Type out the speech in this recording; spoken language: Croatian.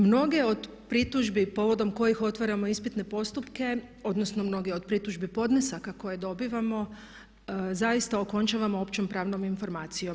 Mnoge od pritužbi povodom kojih otvaramo ispitne postupke, odnosno mnogi od pritužbi podnesaka koje dobivamo zaista okončavamo općom pravnom informacijom.